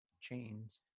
chains